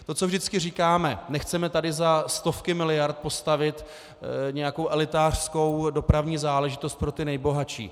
To, co vždycky říkáme, nechceme tady za stovky miliard postavit nějakou elitářskou dopravní záležitost pro ty nejbohatší.